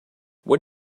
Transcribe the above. what